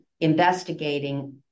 investigating